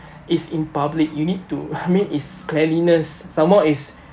it's in public you need to I mean it's cleanliness some more is